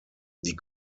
die